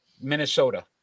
Minnesota